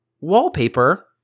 Wallpaper